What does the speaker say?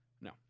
No